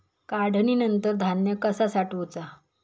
काढणीनंतर धान्य कसा साठवुचा?